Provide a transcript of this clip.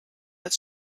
als